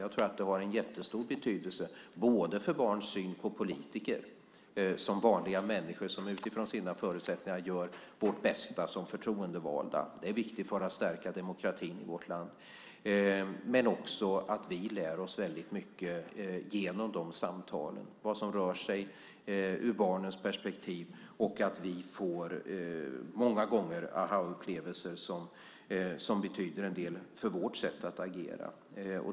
Jag tror att det har en jättestor betydelse, för barns syn på oss politiker som vanliga människor som utifrån våra förutsättningar gör vårt bästa som förtroendevalda - det är viktigt för att stärka demokratin i vårt land. Men vi lär oss också väldigt mycket genom de samtalen om vad som rör barnens perspektiv, och vi får många gånger aha-upplevelser som betyder en del för vårt sätt att agera.